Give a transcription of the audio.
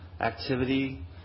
activity